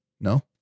No